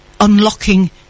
unlocking